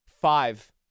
Five